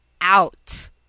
out